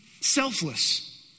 selfless